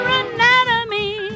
anatomy